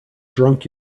drunk